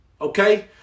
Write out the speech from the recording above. Okay